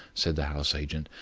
said the house-agent,